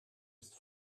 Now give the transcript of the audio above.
ist